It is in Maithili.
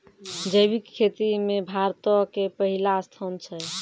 जैविक खेती मे भारतो के पहिला स्थान छै